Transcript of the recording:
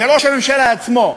וראש הממשלה עצמו,